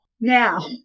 Now